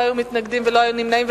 לא היו מתנגדים ולא היו נמנעים.